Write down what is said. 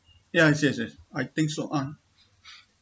ya yes yes I think so ah